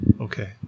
Okay